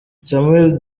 samuel